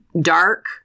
Dark